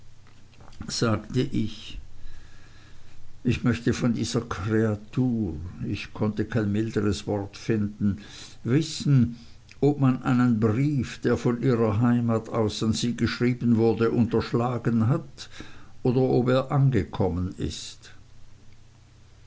sagte ich ich möchte von dieser kreatur ich konnte kein milderes wort finden wissen ob man einen brief der von ihrer heimat aus an sie geschrieben wurde unterschlagen hat oder ob er angekommen ist